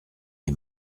les